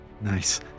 Nice